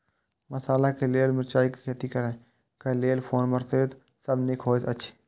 मसाला के लेल मिरचाई के खेती करे क लेल कोन परभेद सब निक होयत अछि?